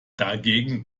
dagegen